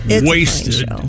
Wasted